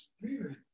spirit